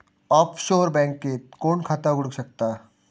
Offshore बँकेत कोण खाता उघडु शकता?